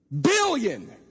billion